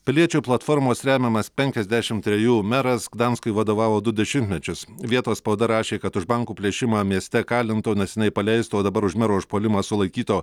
piliečių platformos remiamas penkiasdešim trejų meras gdanskui vadovavo du dešimtmečius vietos spauda rašė kad už bankų plėšimą mieste kalinto neseniai paleisto o dabar už mero užpuolimą sulaikyto